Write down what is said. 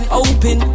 open